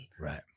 Right